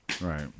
Right